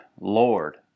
Lord